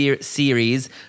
series